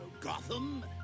Gotham